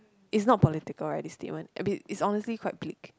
it's not political right this statement it's honestly quite bleak